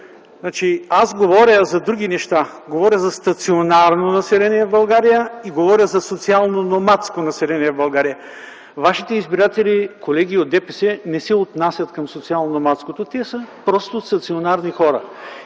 Аз говоря за други неща – говоря за стационарно население в България и говоря за социално-номадско население в България. Вашите избиратели, колеги от ДПС, не се отнасят към социално-номадското. Те са просто стационарни хора.